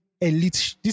elite